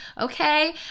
okay